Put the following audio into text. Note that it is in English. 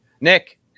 nick